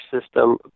system